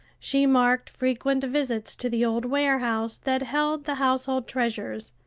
she marked frequent visits to the old warehouse that held the household treasures,